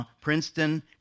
Princeton